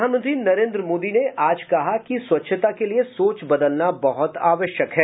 प्रधानमंत्री नरेन्द्र मोदी ने आज कहा कि स्वच्छता के लिए सोच बदलना बहुत आवश्यक है